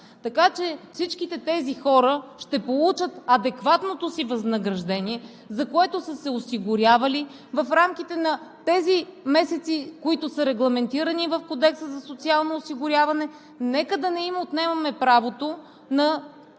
Така че всичките тези хора ще получат адекватното си възнаграждение, за което са се осигурявали в рамките на месеците, които са регламентирани в Кодекса за социално осигуряване. Нека да не им отнемаме правото на